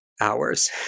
hours